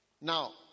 Now